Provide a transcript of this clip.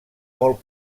molt